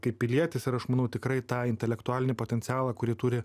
kaip pilietis ir aš manau tikrai tą intelektualinį potencialą kurį turi